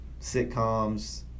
sitcoms